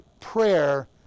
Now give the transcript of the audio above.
prayer